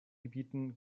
gebieten